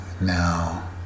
now